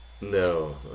no